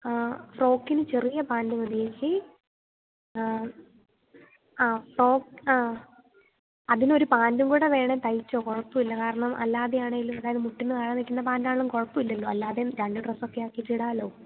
ആ ഫ്രോക്കിന് ചെറിയ പാൻറ് മതി ചേച്ചി ആ ആ ടോപ്പ് ആ അതിനൊരു പാന്റും കൂടെ വേണമെങ്കില് തയ്ച്ചോ കുഴപ്പമില്ല കാരണം അല്ലാതെയാണെങ്കിലും എന്തായാലും മുട്ടിന് താഴെ നില്ക്കുന്ന പാന്റാണെങ്കിലും കുഴപ്പമില്ലല്ലോ അല്ലാതെയും രണ്ട് ഡ്രെസ്സൊക്കെയാക്കിയിട്ട് ഇടാമല്ലോ